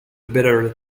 better